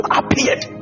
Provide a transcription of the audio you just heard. appeared